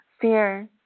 fear